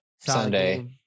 Sunday